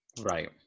right